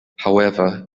however